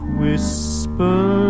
whisper